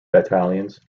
battalions